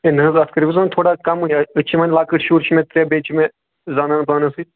ہے نہ حظ اتھ کٔرِو حظ ونۍ تھوڑا کم أسۍ چھِ ونۍ لَکٹۍ شُرۍ چھِ مےٚ ترےٚ بیٚیہِ چھِ مےٚ زنان پانَس سۭتۍ